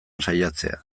saiatzea